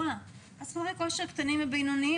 אז חדרי כושר קטנים ובינוניים,